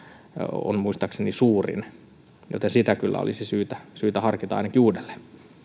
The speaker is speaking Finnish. on muistaakseni suurin osuus joten sitä kyllä olisi syytä ainakin harkita uudelleen